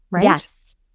Yes